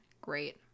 great